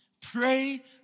Pray